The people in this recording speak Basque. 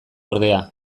ordea